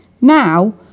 Now